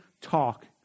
talk